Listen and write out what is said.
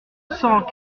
cent